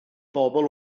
bobl